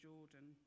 Jordan